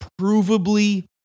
provably